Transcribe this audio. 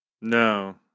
No